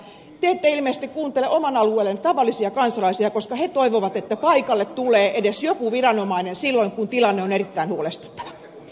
te ette ilmeisesti kuuntele oman alueenne tavallisia kansalaisia koska he toivovat että paikalle tulee edes joku viranomainen silloin kun tilanne on erittäin huolestuttava